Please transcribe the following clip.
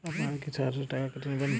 আপনারা কি সরাসরি টাকা কেটে নেবেন?